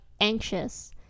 anxious